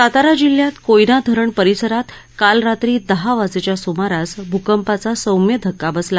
सातारा जिल्ह्यात कोयना धरण परिसरात काल रात्री दहा वाजेच्या सुमारास भूकंपाचा सौम्य धक्का बसला